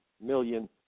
million